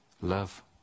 Love